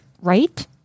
Right